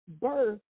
Birth